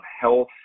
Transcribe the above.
health